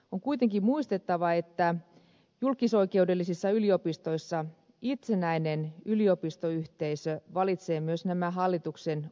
on kuitenkin muistettava että julkisoikeudellisissa yliopistoissa itsenäinen yliopistoyhteisö valitsee myös nämä hallituksen ulkopuoliset jäsenet